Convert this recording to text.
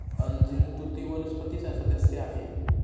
अंजीर तुती वनस्पतीचा सदस्य आहे